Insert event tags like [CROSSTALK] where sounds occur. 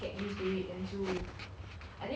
[NOISE]